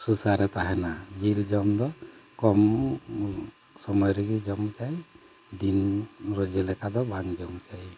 ᱥᱩᱥᱟᱹᱨ ᱨᱮ ᱛᱟᱦᱮᱱᱟ ᱡᱤᱞ ᱡᱚᱢ ᱫᱚ ᱠᱚᱢ ᱥᱚᱢᱚᱭ ᱨᱮᱜᱮ ᱡᱚᱢ ᱪᱟᱹᱭ ᱫᱤᱱ ᱨᱚᱡᱮ ᱞᱮᱠᱟ ᱫᱚ ᱵᱟᱝ ᱡᱚᱢ ᱪᱟᱹᱭ